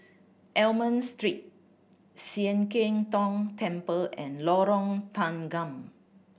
Almond Street Sian Keng Tong Temple and Lorong Tanggam